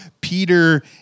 Peter